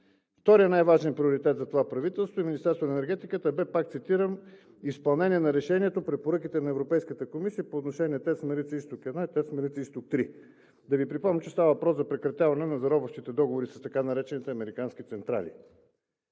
Вторият, най-важен приоритет за това правителство и Министерството на енергетиката бе, пак цитирам: „Изпълнение на решението и препоръките на Европейската комисия по отношение на „ТЕЦ Марица изток 1“ и „ТЕЦ Марица изток 3“.“ Да Ви припомня, че става въпрос за прекратяване на заробващите договори с така наречените американски централи.